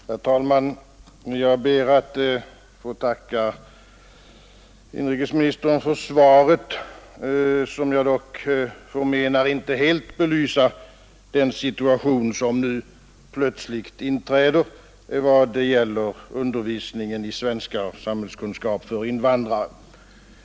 Herr talman! Jag ber att få tacka inrikesministern för svaret, som jag dock förmenar inte helt belyser den situation som nu plötsligt inträder i vad gäller undervisningen i svenska och samhällskunskap för invandrare.